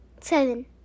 Seven